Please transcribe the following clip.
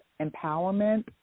empowerment